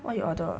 what you order